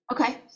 okay